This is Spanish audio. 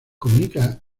comunica